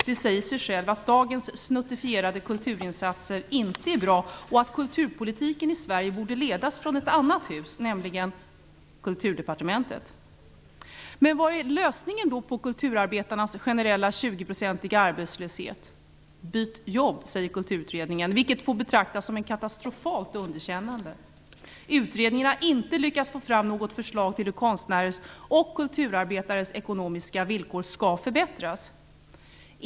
Det säger sig självt att dagens snuttifierade kulturinsatser inte är bra och att kulturpolitiken i Sverige borde ledas från ett annat hus, nämligen från Kulturdepartementet. Men vad är då lösningen på kulturarbetarnas generella 20-procentiga arbetslöshet? "Byt jobb!" säger kulturutredningen, vilket får betraktas som ett katastrofalt underkännande. Utredningen har inte lyckats få fram något förslag till hur konstnärers och kulturarbetares ekonomiska villkor skall förbättras.